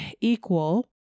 equal